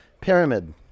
Pyramid